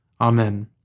Amen